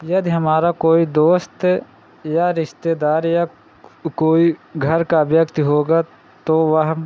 यदि हमारा कोई दोस्त या रिश्तेदार या कोई घर का व्यक्ति होगा तो वह